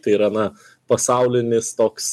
tai yra na pasaulinis toks